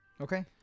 Okay